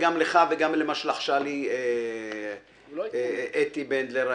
גם לך וגם למה שלחשה לי אתי בנדלר,